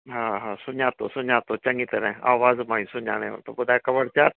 हा हा सुञातो सुञातो चङी तरह आवाज मां ई सुञाणे वरितो ॿुधाए ख़बरचार